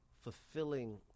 fulfilling